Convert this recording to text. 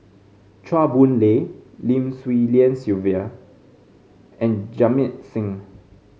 Chua Boon Lay Lim Swee Lian Sylvia and Jamit Singh